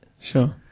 Sure